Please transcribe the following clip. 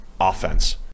offense